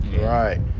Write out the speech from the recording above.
Right